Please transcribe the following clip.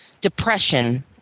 Depression